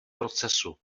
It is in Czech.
procesu